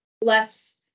less